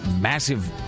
massive